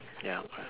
ya correct